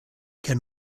can